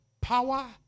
Power